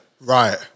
Right